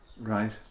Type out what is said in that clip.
Right